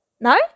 No